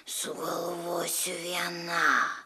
sugalvosiu viena